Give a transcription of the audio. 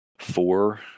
Four